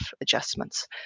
adjustments